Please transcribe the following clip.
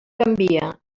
canvia